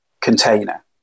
container